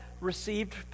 received